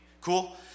Cool